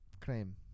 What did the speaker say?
Cream